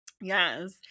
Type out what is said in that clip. Yes